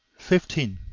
fifteen.